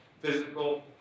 physical